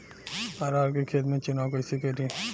अरहर के खेत के चुनाव कईसे करी?